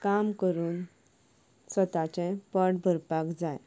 काम करून स्वताचें पोट भरपाक जाय